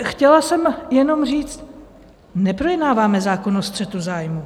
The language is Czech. Chtěla jsem jenom říct: neprojednáváme zákon o střetu zájmů.